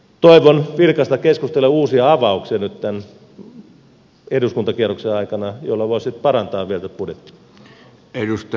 toivon vilkasta keskustelua ja uusia avauksia nyt tämän eduskuntakierroksen aikana jolloin voi sitten parantaa vielä tätä budjettia